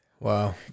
Wow